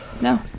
no